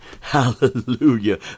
hallelujah